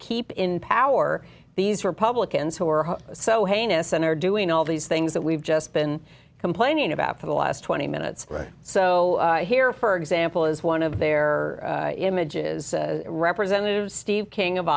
keep in power these republicans who are so heinous and are doing all these things that we've just been complaining about for the last twenty minutes or so here for example is one of their images representative steve king of